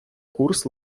курс